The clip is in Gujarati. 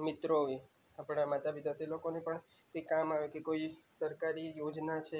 મિત્રો હોય આપણાં માતા પિતા તે લોકોને પણ તે કામ આવે કે કોઈ સરકારી યોજના છે